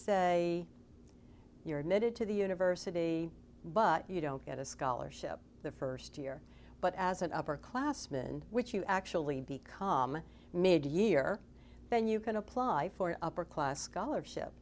say you're admitted to the university but you don't get a scholarship the first year but as an upper classman which you actually become made year then you can apply for an upper class scholarship